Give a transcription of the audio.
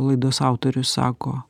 laidos autorius sako